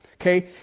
Okay